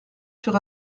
sur